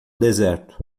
deserto